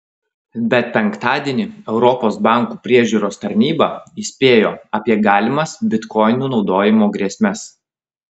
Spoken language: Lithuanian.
bet penktadienį europos bankų priežiūros tarnyba įspėjo apie galimas bitkoinų naudojimo grėsmes